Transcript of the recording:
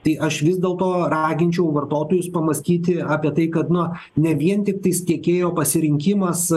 tai aš vis dėlto raginčiau vartotojus pamąstyti apie tai kad na ne vien tiktais tiekėjo pasirinkimas